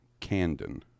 Candon